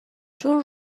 چون